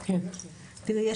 תראי,